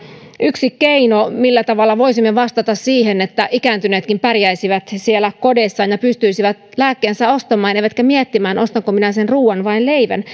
yksi keino millä tavalla voisimme vastata siihen että ikääntyneetkin pärjäisivät siellä kodeissaan ja pystyisivät lääkkeensä ostamaan eivätkä miettimään että ostanko minä se ruuan vai leivän